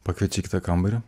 pakviečia į kitą kambarį